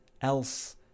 else